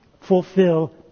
fulfill